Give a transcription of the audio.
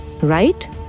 Right